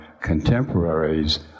contemporaries